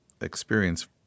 experience